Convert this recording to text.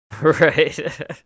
Right